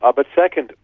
ah but second,